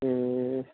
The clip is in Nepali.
ए